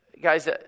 Guys